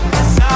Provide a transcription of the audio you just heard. Yes